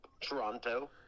Toronto